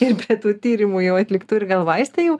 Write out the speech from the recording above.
ir prie tų tyrimų jau atliktų ir gal vaistai jau